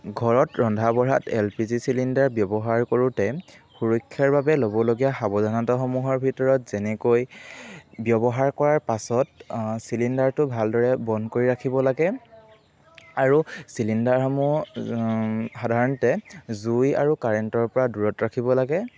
ঘৰত ৰন্ধা বঢ়াত এল পি জি চিলিণ্ডাৰ ব্যৱহাৰ কৰোঁতে সুৰক্ষাৰ বাবে ল'বলগীয়া সাৱধানতাসমূহৰৰ ভিতৰত যেনেকৈ ব্যৱহাৰ কৰাৰ পাছত চিলিণ্ডাৰটো ভালদৰে বন্ধ কৰি ৰখিব লাগে আৰু চিলিণ্ডাৰসমূহ সাধাৰণতে জুই আৰু কাৰেণ্টৰপৰা দূৰত ৰাখিব লাগে